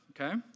Okay